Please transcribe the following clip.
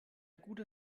guter